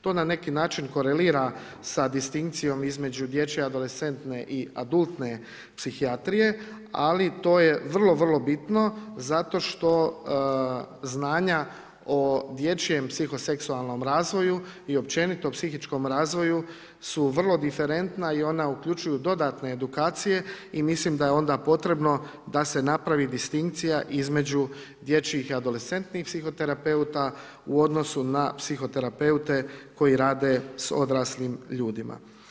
To na neki način korelira sa distinkcijom između dječje adolescentne i adultne psihijatrije ali to je vrlo, vrlo bitno zato što znanja o dječjem psihoseksualnom i općenito psihičkom razvoju su vrlo diferentna i ona uključuju dodatne edukacije i mislim da je onda potrebno da se napravi distinkcija između dječjih adolescentnih terapeuta u odnosu na psihoterapeute koji rade sa odraslim ljudima.